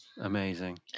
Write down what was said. Amazing